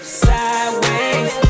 sideways